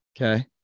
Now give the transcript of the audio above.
Okay